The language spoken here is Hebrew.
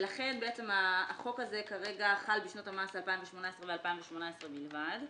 ולכן החוק הזה כרגע חל בשנות המס 2018 ו-2018 בלבד.